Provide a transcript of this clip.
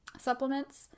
supplements